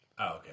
okay